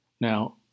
Now